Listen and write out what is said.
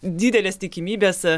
didelės tikimybės